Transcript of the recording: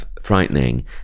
frightening